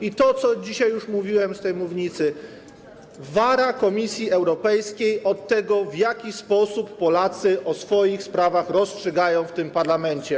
I to, co dzisiaj już mówiłem z tej mównicy: wara Komisji Europejskiej od tego, w jaki sposób Polacy o swoich sprawach rozstrzygają w tym parlamencie.